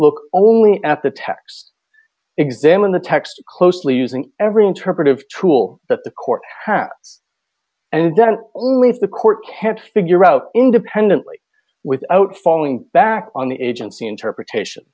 look only at the tax examine the text closely using every interpretive tool that the court path and then with the court can't figure out independently without falling back on the agency interpretation